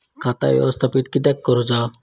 खाता व्यवस्थापित किद्यक करुचा?